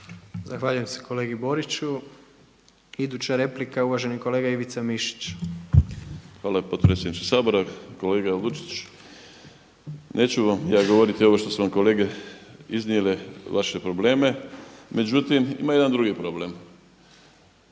Zahvaljujem se kolegi Boriću. Iduća replika je uvaženi kolega Ivica Mišić. **Mišić, Ivica (Promijenimo Hrvatsku)** Hvala podpredsjedniče Sabora. Kolega Lučić neću vam ja govoriti ovo što su vam kolege iznijele vaše probleme, međutim ima jedan drugi problem.